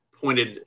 pointed